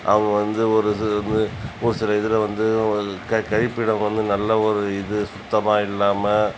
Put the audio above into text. அவங்க வந்து ஒரு சில இது ஒரு சில இதில் வந்து அவங்களுக்கு கழிப்பிடம் வந்து நல்ல ஒரு இது சுத்தமாக இல்லாமல்